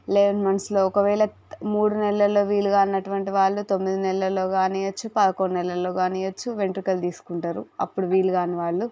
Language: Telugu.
లెవెన్ మంత్స్లో ఒకవేళ మూడు నెలలో వీలుగా కానటువంటి వాళ్ళు తొమ్మిది నెలలో కానివచ్చు పదకొండు నెలలో కానవచ్చు వెంట్రుకలు తీసుకుంటారు అప్పుడు వీలు కానీ వాళ్ళు